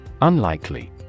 Unlikely